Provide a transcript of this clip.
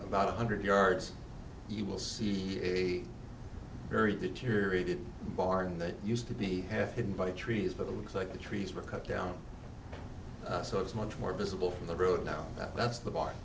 about a hundred yards you will see a very deteriorated barn that used to be half hidden by trees but it looks like the trees were cut down so it's much more visible from the road now that's the mar